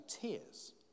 tears